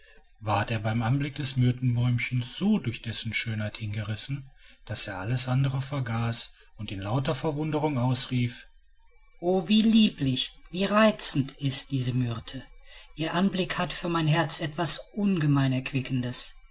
ward er bei dem anblick des myrtenbäumchens so durch dessen schönheit hingerissen daß er alles andere vergaß und in lauter verwunderung ausrief o wie lieblich wie reizend ist diese myrte ihr anblick hat für mein herz etwas ungemein erquickendes